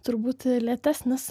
turbūt lėtesnis